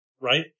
Right